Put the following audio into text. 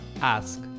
ask